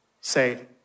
say